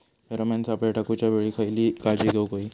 Pheromone सापळे टाकूच्या वेळी खयली काळजी घेवूक व्हयी?